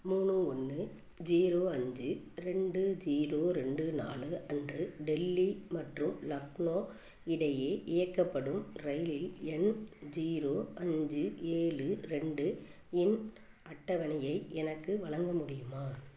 மூணு ஒன்று ஜீரோ அஞ்சு ரெண்டு ஜீரோ ரெண்டு நாலு அன்று டெல்லி மற்றும் லக்னோ இடையே இயக்கப்படும் ரயிலில் எண் ஜீரோ அஞ்சு ஏழு ரெண்டு இன் அட்டவணையை எனக்கு வழங்க முடியுமா